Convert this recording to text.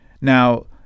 Now